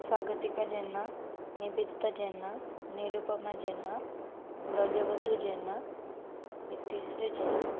Swagatika Jena Nivedita Jena Nirupama Jena Brajabandhu Jena Itishree Jena